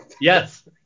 Yes